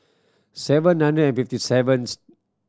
seven hundred and fifty seventh